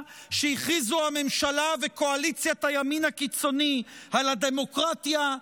שהכריזו הממשלה וקואליציית הימין הקיצוני על הדמוקרטיה,